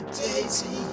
daisy